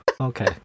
okay